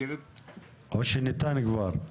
או שניתן כבר?